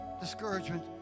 discouragement